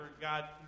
God